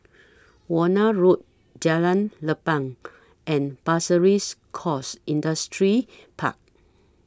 Warna Road Jalan Lapang and Pasir Ris Coast Industrial Park